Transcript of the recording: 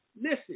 Listen